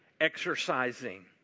exercising